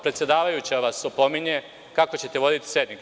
Predsedavajuća vas opominje kako ćete voditi sednicu.